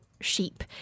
sheep